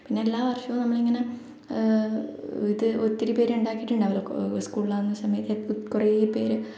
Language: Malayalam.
പിന്നെ എല്ലാ വർഷവും നമ്മൾ ഇങ്ങനെ ഇത് ഒത്തിരി പേര് ഉണ്ടാക്കിയിട്ടുണ്ടാകുമല്ലോ സ്കൂളിലാകുന്ന സമയത്ത് എ കുറെപ്പേർ